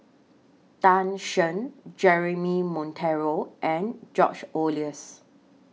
Tan Shen Jeremy Monteiro and George Oehlers